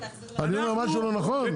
אני אומר משהו לא נכון?